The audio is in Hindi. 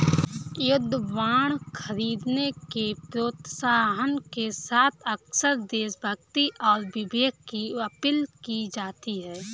युद्ध बांड खरीदने के प्रोत्साहन के साथ अक्सर देशभक्ति और विवेक की अपील की जाती है